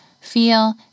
feel